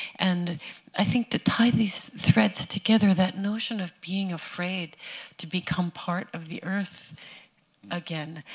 and i think, to tie these threads together, that notion of being afraid to become part of the earth again,